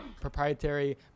proprietary